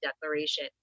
declaration